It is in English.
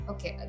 Okay